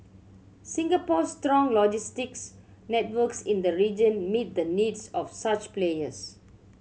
Singapore's strong logistics networks in the region meet the needs of such players